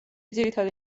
ძირითადი